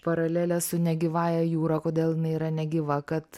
paralelė su negyvąja jūra kodėl jinai yra negyva kad